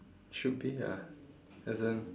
should be ah as in